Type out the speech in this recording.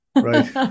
Right